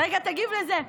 רגע, תגיב על זה.